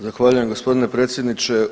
Zahvaljujem gospodine predsjedniče.